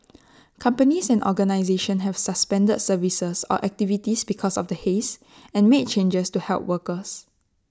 companies and organisations have suspended services or activities because of the haze and made changes to help workers